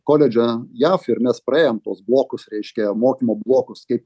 koledže jav ir mes praėjom tuos blokus reiškia mokymo blokus kaip